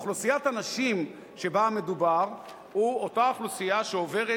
אוכלוסיית הנשים שבה מדובר היא אותה אוכלוסייה שעוברת